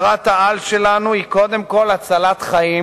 מטרת-העל שלנו היא קודם כול הצלת חיים